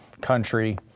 country